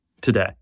today